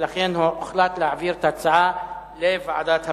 לכן, הוחלט להעביר את ההצעות לוועדת הפנים.